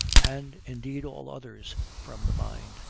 and indeed all others, from the mind,